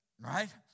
right